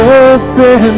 open